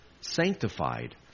sanctified